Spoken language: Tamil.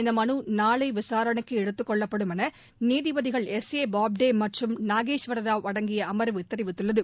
இந்த மனு நாளை விசாரணைக்கு எடுத்துக்கொள்ளப்படும் என நீதிபதிகள் எஸ் ஏ பாப்டே மற்றும் நாகேஸ்வர ராவ் அடங்கிய அமர்வு தெரிவித்துள்ளது